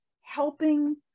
helping